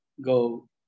go